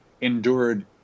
endured